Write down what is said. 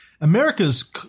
America's